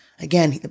Again